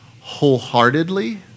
wholeheartedly